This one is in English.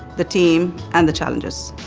the team and the challenges.